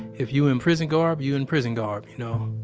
if you in prison garb, you in prison garb, you know?